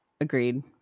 Agreed